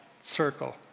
circle